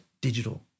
digital